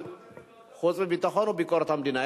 חוץ וביטחון או ביקורת המדינה?